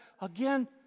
again